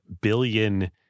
billion